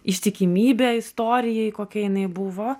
ištikimybė istorijai kokia jinai buvo